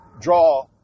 draw